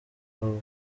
aho